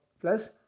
plus